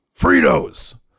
Fritos